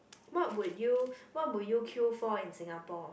what would you what would you queue for in Singapore